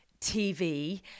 TV